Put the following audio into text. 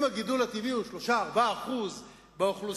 אם הגידול הטבעי הוא 3% 4% באוכלוסייה,